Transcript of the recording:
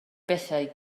bethau